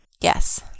Yes